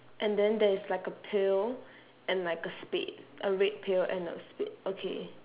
and then there is like a pail and like a spade a red pail a spade okay